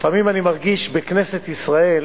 לפעמים אני מרגיש בכנסת ישראל